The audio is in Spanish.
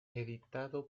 editado